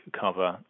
cover